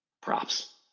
Props